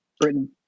Britain